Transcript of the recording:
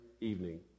evening